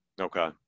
Okay